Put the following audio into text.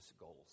goals